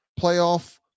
playoff